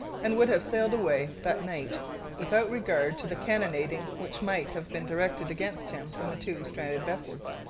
and would have sailed away that night without regard to the cannonading which might have been directed against him from the two stranded vessels.